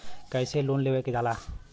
कैसे लोन लेवल जाला?